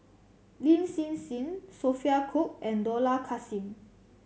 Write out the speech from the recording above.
Lin Hsin Hsin Sophia Cooke and Dollah Kassim